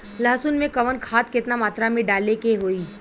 लहसुन में कवन खाद केतना मात्रा में डाले के होई?